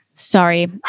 Sorry